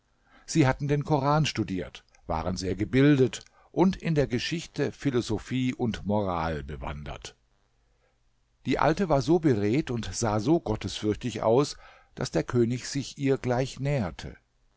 sie hatten den koran studiert waren sehr gebildet und in der geschichte philosophie und moral bewandert die alte war so beredt und sah so gottesfürchtig aus daß der könig sich ihr gleich näherte